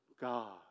God